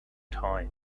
time